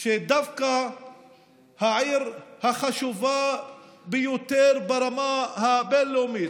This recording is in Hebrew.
שדווקא העיר החשובה ביותר ברמה הבין-לאומית,